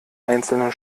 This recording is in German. einzelnen